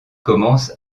commence